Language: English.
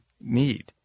need